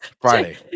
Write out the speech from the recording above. friday